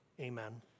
Amen